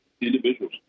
individuals